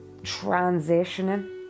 transitioning